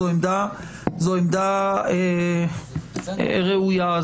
זו עמדה ראויה,